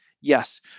Yes